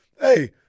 hey